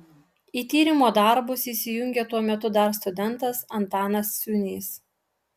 į tyrimo darbus įsijungė tuo metu dar studentas antanas ciūnys